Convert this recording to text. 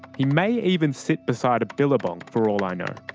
he may even sit beside a billabong for all i know.